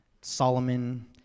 Solomon